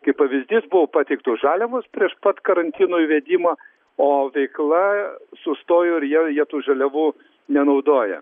kaip pavyzdys buvo pateiktos žaliavos prieš pat karantino įvedimą o veikla sustojo ir jie jie tų žaliavų nenaudoja